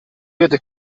vierte